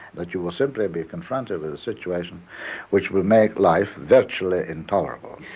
that you will simply be confronted with a situation which will make life virtually intolerable.